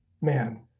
man